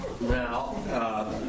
now